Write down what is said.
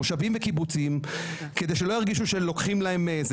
מושבים וקיבוצים כדי שהם לא ירגישו שלוקחים להם משהו,